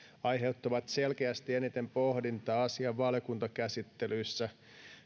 aiheuttivat selkeästi eniten pohdintaa asian valiokuntakäsittelyissä